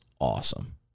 awesome